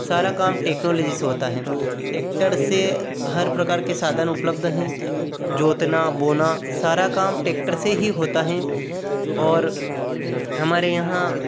सारा काम टेक्नोलॉजी से होता है टेक्टर से हर प्रकार के साधन उपलब्ध हैं जोतना बोना सारा काम टेक्टर से ही होता हैं और हमारे यहाँ